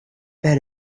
bet